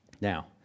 Now